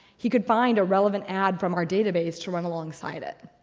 he could find a relevant ad from our database to run alongside it.